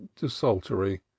desultory